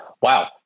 Wow